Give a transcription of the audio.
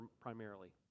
primarily